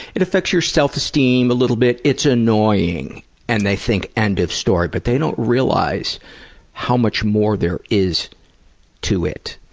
it affects your self-esteem a little bit, it's annoying and they think end of story. but they don't realize how much more there is to it